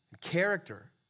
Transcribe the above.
character